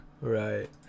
right